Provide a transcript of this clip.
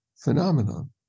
Phenomenon